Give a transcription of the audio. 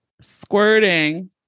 squirting